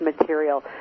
material